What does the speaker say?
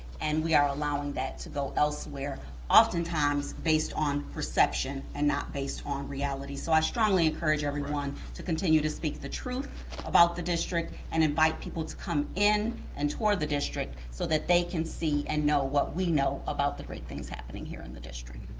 and we are allowing that to go elsewhere, oftentimes based on perception and not based on reality. so i strongly encourage everyone to continue to speak the truth about the district and invite people to come in and tour the district so that they can see and know what we know about the great things happening here in the district.